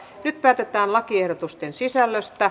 nyt päätetään lakiehdotusten sisällöstä